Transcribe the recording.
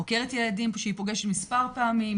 חוקרת ילדים אותה היא פוגשת מספר פעמים,